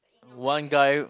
one guy